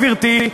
גברתי,